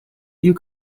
you